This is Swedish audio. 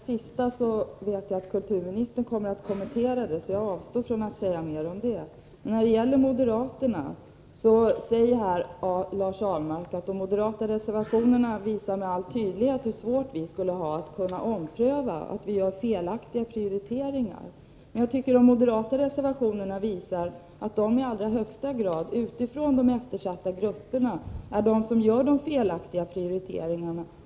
Fru talman! Jag vet att kulturministern kommer att kommentera det som Eva Hjelmström senast sade, och jag avstår därför från att säga mer om det. Vidare: Lars Ahlmark säger att de moderata reservationerna med all tydlighet visar hur svårt vi skulle ha att ompröva och att vi gör felaktiga prioriteringar. Men jag tycker att de moderata reservationerna visar att just moderaterna — om man utgår från de eftersatta grupperna — gör de felaktiga prioriteringarna.